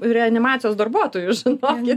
reanimacijos darbuotojų žinokit